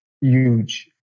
huge